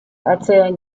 erzählen